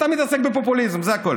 אתה מתעסק בפופוליזם, זה הכול.